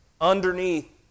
underneath